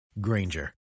Granger